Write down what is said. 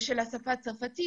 בשפה הצרפתית